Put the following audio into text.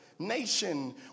Nation